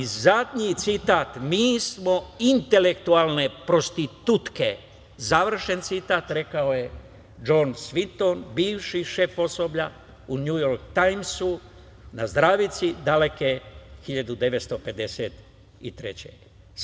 Zadnji citat: „Mi smo intelektualne prostitutke“, završen citat, rekao je Džon Svinton, bivši šef osoblja u „Njujork tajmsu“, na zdravici daleke 1953. godine.